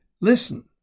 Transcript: Listen